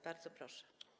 Bardzo proszę.